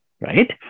right